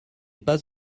pas